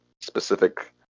specific